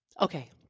Okay